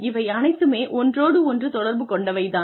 இவை அனைத்துமே ஒன்றோடொன்று தொடர்பு கொண்டவை தான்